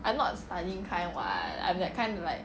I'm not studying kind [what] I'm that kind to like